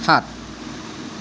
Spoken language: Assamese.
সাত